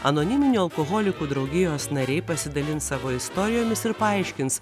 anoniminių alkoholikų draugijos nariai pasidalins savo istorijomis ir paaiškins